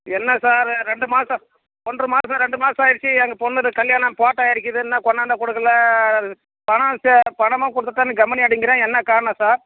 என்ன சாரு ரெண்டு மாசம் ஒன்றரை மாசம் ரெண்டு மாசம் ஆகிருச்சி எங்கள் பொண்ணுது கல்யாணம் போட்டா இன்னும் கொண்டாந்தும் கொடுக்கல பணம் சேர் பணமும் கொடுத்துட்டேன் நீங்கள் கம்முன்னே இருக்குறீங்க என்ன காரணம் சார்